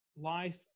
life